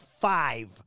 five